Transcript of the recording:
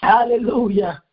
Hallelujah